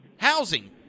housing